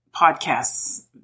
podcasts